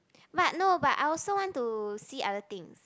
but no but I also want to see other things